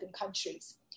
countries